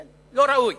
לא ראוי.